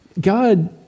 God